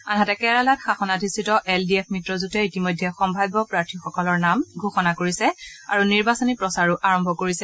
আনহাতে কেৰালাত শাসনাধিষ্ঠিত এল ডি এফ মিত্ৰজোঁটে ইতিমধ্যে সম্ভাব্য প্ৰাৰ্থীসকলৰ নাম ঘোষণা কৰিছে আৰু নিৰ্বাচনী প্ৰচাৰো আৰম্ভ কৰিছে